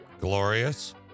glorious